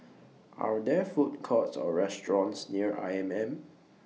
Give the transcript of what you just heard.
Are There Food Courts Or restaurants near I M M